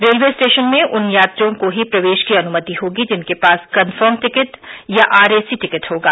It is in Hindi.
रेलवे स्टेशन में उन यात्रियों को ही प्रवेश की अनुमति होगी जिनके पास कन्फर्म टिकट या आरएसी टिकट होगा